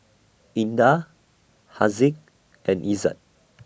Indah Haziq and Izzat